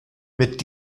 mit